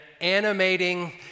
animating